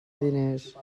diners